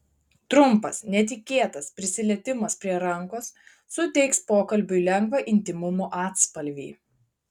trumpas netikėtas prisilietimas prie rankos suteiks pokalbiui lengvą intymumo atspalvį